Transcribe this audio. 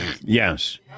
Yes